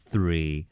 Three